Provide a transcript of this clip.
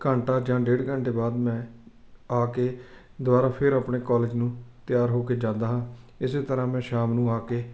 ਘੰਟਾ ਜਾਂ ਡੇਢ ਘੰਟੇ ਬਾਅਦ ਮੈਂ ਆ ਕੇ ਦੁਬਾਰਾ ਫਿਰ ਆਪਣੇ ਕੋਲਜ ਨੂੰ ਤਿਆਰ ਹੋ ਕੇ ਜਾਂਦਾ ਹਾਂ ਇਸੇ ਤਰ੍ਹਾਂ ਮੈਂ ਸ਼ਾਮ ਨੂੰ ਆ ਕੇ